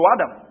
Adam